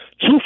Two